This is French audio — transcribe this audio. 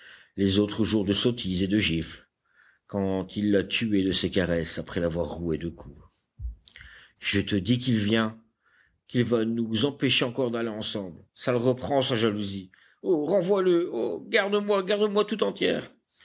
les autres jours de sottises et de gifles quand il la tuait de ses caresses après l'avoir rouée de coups je te dis qu'il vient qu'il va nous empêcher encore d'aller ensemble ça le reprend sa jalousie oh renvoie le oh garde-moi garde-moi tout entière